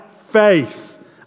faith